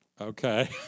Okay